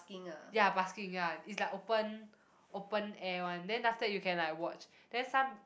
ya busking ya it's like open open air one then after that you can like watch then some